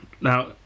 Now